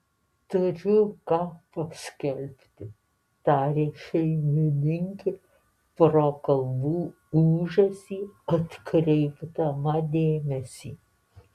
turiu kai ką paskelbti tarė šeimininkė pro kalbų ūžesį atkreipdama dėmesį